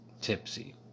tipsy